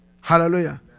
Hallelujah